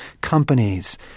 companies